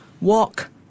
walk